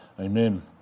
Amen